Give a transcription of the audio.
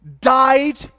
died